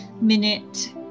minute